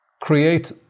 create